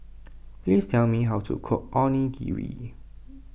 please tell me how to cook Onigiri